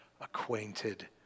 acquainted